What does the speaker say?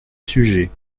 sujet